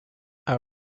are